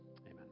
Amen